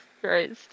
Christ